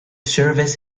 service